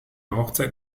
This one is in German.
hochzeit